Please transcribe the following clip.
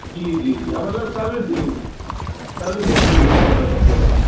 जी जी हा मतिलबु सर्विस थींदी सर्विसिंग थींदी न हो त सम्झो तव्हां